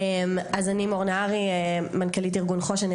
אני מנכ"לית ארגון חוש"ן,